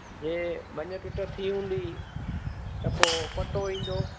जे भंज टुट थी हूंदी त पोइ पट्टो ईंदो